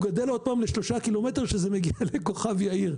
גדל עוד פעם ל-3 קילומטר כשזה מגיע לכוכב יאיר.